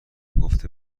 گفته